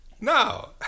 No